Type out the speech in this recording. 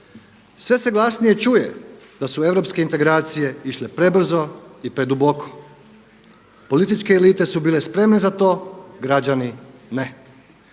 Sve se glasnije čuje da su europske integracije išle prebrzo i preduboko. Političke elite su bile spremne za to, građani ne.